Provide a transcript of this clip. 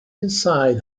inside